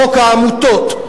חוק העמותות,